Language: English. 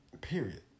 period